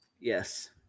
Yes